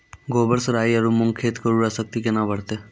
गोबर से राई आरु मूंग खेत के उर्वरा शक्ति केना बढते?